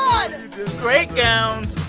um great gowns,